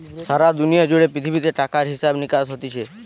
সারা দুনিয়া জুড়ে পৃথিবীতে টাকার হিসাব নিকাস হতিছে